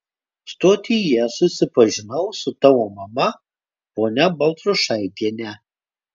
stotyje susipažinau su tavo mama ponia baltrušaitiene